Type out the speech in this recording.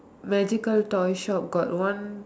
magical toy shop got one